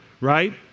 right